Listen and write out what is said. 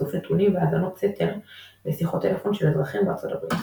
איסוף נתונים והאזנות סתר לשיחות טלפון של אזרחים בארצות הברית.